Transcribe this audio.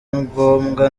ngombwa